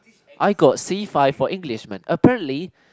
I got C five for English man apparently